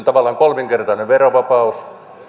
tavallaan kolminkertainen verovapaus